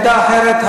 עמדה אחרת,